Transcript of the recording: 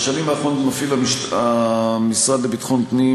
בשנים האחרונות מפעיל המשרד לביטחון פנים,